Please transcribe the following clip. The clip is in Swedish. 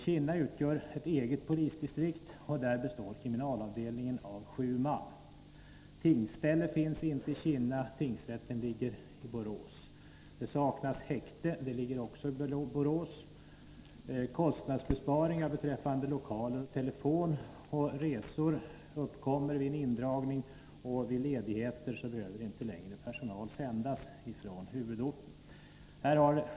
Kinna utgör ett eget polisdistrikt, och där består kriminalavdelningen av sju man. Tingställe finns inte i Kinna, tingsrätten ligger i Borås. Det saknas häkte i Kinna, det ligger också i Borås. Kostnadsbesparingar beträffande lokaler, telefon och resor uppkommer vid en indragning, och vid ledigheter behöver personal inte längre sändas från huvudorten.